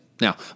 Now